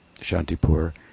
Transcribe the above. Shantipur